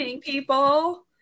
people